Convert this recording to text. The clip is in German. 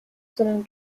sondern